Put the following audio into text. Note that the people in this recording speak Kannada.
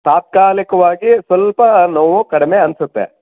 ತಾತ್ಕಾಲಿಕವಾಗಿ ಸ್ವಲ್ಪ ನೋವು ಕಡಿಮೆ ಅನಿಸುತ್ತೆ